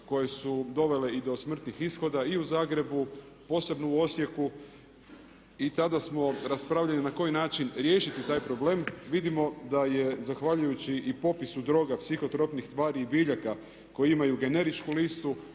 koje su dovele i do smrtnih ishoda i u Zagrebu, posebno u Osijeku i tada smo raspravljali na koji način riješiti taj problem. Vidimo da je zahvaljujući i popisu droga psihotropnih tvari i biljaka koji imaju generičku listu